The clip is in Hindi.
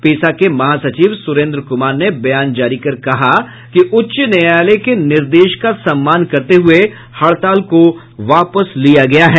पेसा के महासचिव सुरेन्द्र कुमार ने बयान जारी कर कहा कि उच्च न्यायालय के निर्देश का सम्मान करते हुए हड़ताल को वापस लिया गया है